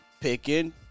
picking